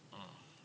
mm